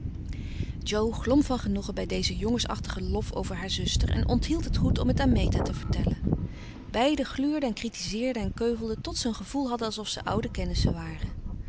jo glom van genoegen bij dezen jongensachtigen lof over haar zuster en onthield het goed om het aan meta te vertellen beiden gluurden en critiseerden en keuvelden tot zij een gevoel hadden alsof ze oude kennissen waren